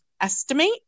estimate